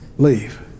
Leave